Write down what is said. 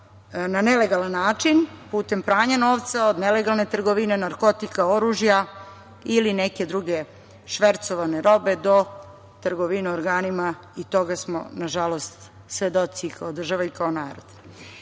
na nelegalan način putem pranja novca od nelegalne trgovine narkotika, oružja ili neke druge švercovane robe do trgovine organima i toga smo nažalost svedoci kao država i kao narod. Zato